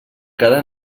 cada